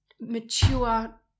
mature